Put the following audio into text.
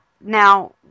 Now